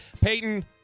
Peyton